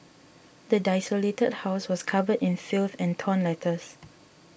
the desolated house was covered in filth and torn letters